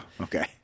okay